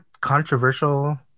controversial